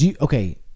Okay